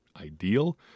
ideal